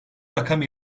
rakam